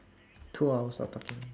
two hours of talking